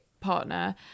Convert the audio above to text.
partner